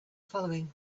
following